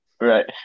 Right